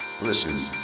listen